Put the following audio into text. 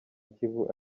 kivu